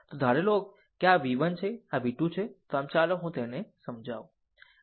પછી ધારેલું છે કે આ v 1 છે અને આ v 2 છે આમ ચાલો હું તેને સમજાવું